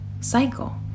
cycle